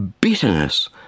bitterness